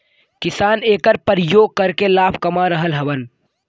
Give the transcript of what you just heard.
किसान एकर परियोग करके लाभ कमा रहल हउवन